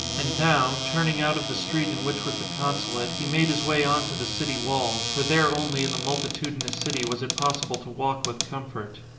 and now, turning out of the street in which was the consulate, he made his way on to the city wall, for there only in the multitudinous city was it possible to walk with comfort.